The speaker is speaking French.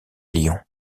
lyon